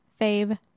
fave